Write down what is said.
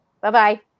Bye-bye